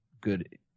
good